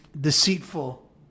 deceitful